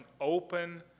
open